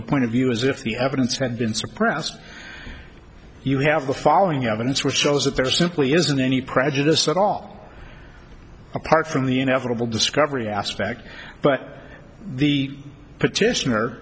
the point of view as if the evidence had been suppressed you have the following evidence which shows that there simply isn't any prejudice at all apart from the inevitable discovery aspect but the petition